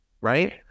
right